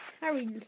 Harry